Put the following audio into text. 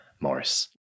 Morris